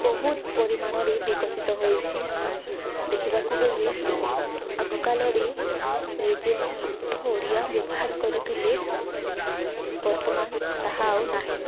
ବହୁତ ପରିମାଣରେ ବିକଶିତ ହୋଇଛି ଦେଖିବାକୁ ଗଲେ ଆଗକାଳରେ ଯେଉଁ ଶୁଦ୍ଧ ଓଡ଼ିଆ ବ୍ୟବହାର କରୁଥିଲେ ବର୍ତ୍ତମାନ ତାହା ଆଉ ନାହିଁ